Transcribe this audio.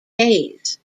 hays